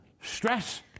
stress